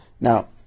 Now